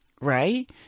right